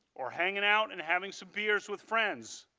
or hanging out and having some beers with friends.